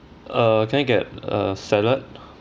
uh can we get a salad